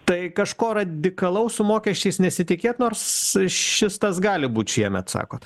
tai kažko radikalaus su mokesčiais nesitikėt nors šis tas gali būt šiemet sakot